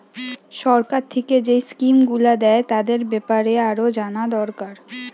সরকার থিকে যেই স্কিম গুলো দ্যায় তাদের বেপারে আরো জানা দোরকার